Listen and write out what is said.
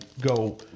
go